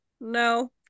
No